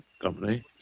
Company